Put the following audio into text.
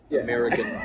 American